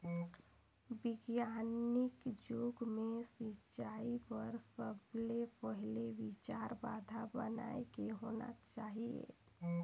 बिग्यानिक जुग मे सिंचई बर सबले पहिले विचार बांध बनाए के होना चाहिए